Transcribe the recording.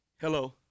Hello